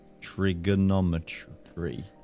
trigonometry